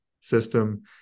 system